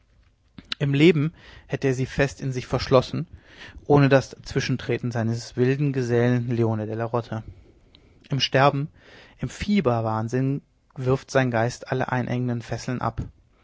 im leben hätte er sie fest in sich verschlossen ohne das dazwischentreten seines wilden gesellen leone della rota im sterben im fieberwahnsinn wirft sein geist alle einengenden fesseln ab